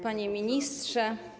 Panie Ministrze!